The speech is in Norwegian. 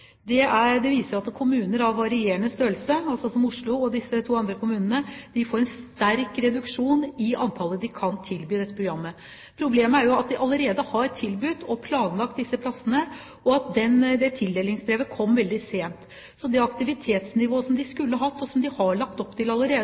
Det viser at kommuner av varierende størrelse – altså som Oslo og de to andre kommunene – får en sterk reduksjon i antall personer de kan tilby dette programmet. Problemet er at de allerede har tilbudt og planlagt disse plassene, og at tildelingsbrevet kom veldig sent. Så det aktivitetsnivået som de skulle hatt, og som de har lagt opp til allerede,